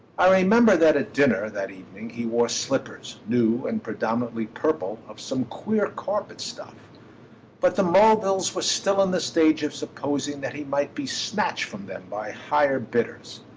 i remember that at dinner that evening he wore slippers, new and predominantly purple, of some queer carpet-stuff but the mulvilles were still in the stage of supposing that he might be snatched from them by higher bidders.